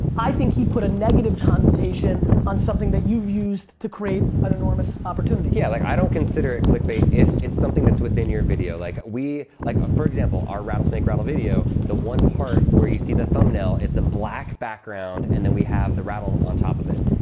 i think he put a negative connotation on something that you've used to create an enormous opportunity. yeah, like i don't consider it clickbait if it's something that's within your video, like like um for example our rattlesnake rattle video, the one part where you see the thumbnail, it's a black background and then we have the rattle on top of it.